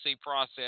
process